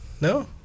no